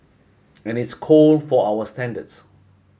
and it's cold for our standards